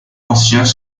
anciens